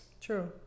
True